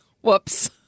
whoops